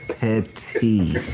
Petty